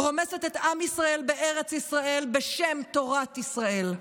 רומסת את עם ישראל בארץ ישראל בשם תורת ישראל.